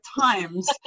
times